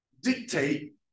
dictate